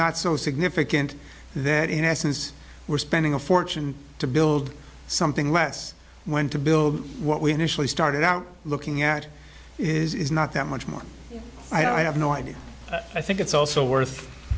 not so significant that in essence we're spending a fortune to build something less when to build what we initially started out looking at is not that much more i have no idea i think it's also worth